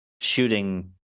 shooting